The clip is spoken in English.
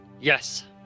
Yes